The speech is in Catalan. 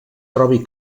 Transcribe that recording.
trobi